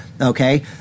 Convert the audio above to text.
okay